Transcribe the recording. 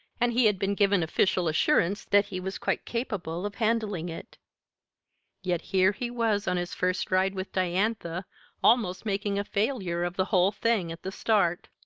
and he had been given official assurance that he was quite capable of handling it yet here he was on his first ride with diantha almost making a failure of the whole thing at the start.